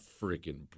freaking